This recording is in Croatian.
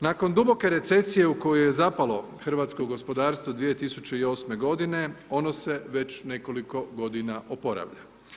Nakon duboke recesije u koju je zapalo hrvatsko gospodarstvo 2008. godine, ono se već nekoliko godina oporavlja.